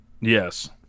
Yes